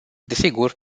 desigur